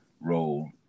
role